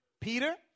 Peter